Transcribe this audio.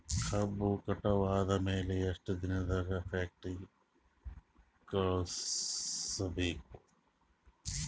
ಕಬ್ಬು ಕಟಾವ ಆದ ಮ್ಯಾಲೆ ಎಷ್ಟು ದಿನದಾಗ ಫ್ಯಾಕ್ಟರಿ ಕಳುಹಿಸಬೇಕು?